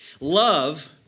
Love